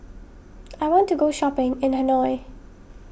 I want to go shopping in Hanoi